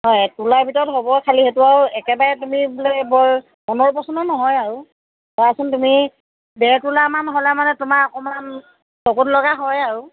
নহয় এক তুলাৰ ভিতৰত হ'ব খালি সেইটো আৰু একেবাৰে তুমি বোলে বৰ মনৰ পচন্দৰ নহয় আৰু চাওঁচোন তুমি ডেৰ তোলামান হ'লে মানে তোমাৰ অকণমান চকুত লগা হয় আৰু